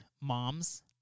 moms